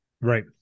Right